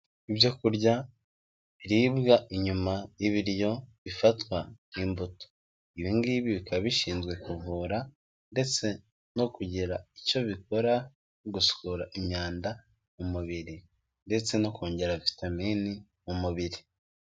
Ibyo kurya biribwa inyuma y'ibiryo bifatwa nk'imbuto, ibi ngibi bikaba bishinzwe kuvura ndetse no kugira icyo bikora mu gusura imyanda mu mubiri ndetse no kongera vitamine mu mubiri.